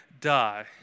die